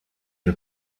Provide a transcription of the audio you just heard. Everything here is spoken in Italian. del